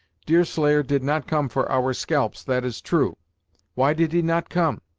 deerslayer did not come for our scalps, that is true why did he not come?